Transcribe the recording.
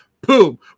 boom